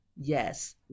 Yes